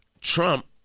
Trump